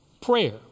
prayer